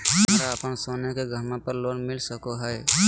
हमरा अप्पन सोने के गहनबा पर लोन मिल सको हइ?